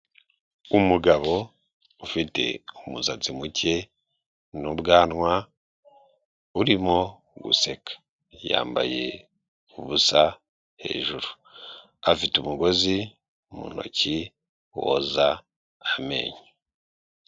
Umugabo ufite umusatsi muke n'ubwanwa urimo guseka yambaye ubusa hejuru, afite umugozi mu ntoki woza amenyo.